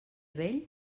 vell